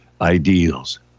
ideals